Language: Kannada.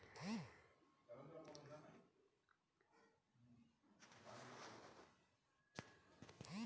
ನನ್ನ ಖಾತೆದಾಗ ಈ ವರ್ಷ ಎಷ್ಟು ರೊಕ್ಕ ಜಮಾ ಆಗ್ಯಾವರಿ?